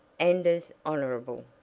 and as honorable!